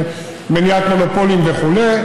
מניעת מונופולים וכו'